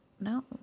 No